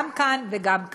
גם כאן וגם כאן.